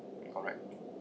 correct